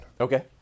Okay